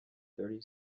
thirty